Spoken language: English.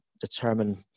determine